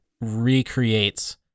recreates